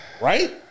right